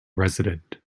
resident